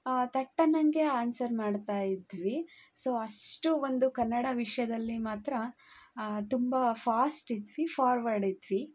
ಥಟ್ ಅನ್ನೊಂಗೆ ಆನ್ಸರ್ ಮಾಡ್ತಾ ಇದ್ವಿ ಸೊ ಅಷ್ಟು ಒಂದು ಕನ್ನಡ ವಿಷಯದಲ್ಲಿ ಮಾತ್ರ ತುಂಬ ಫಾಸ್ಟ್ ಇದ್ವಿ ಫಾರ್ವರ್ಡ್ ಇದ್ವಿ